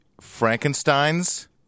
Frankenstein's